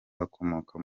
bakomoka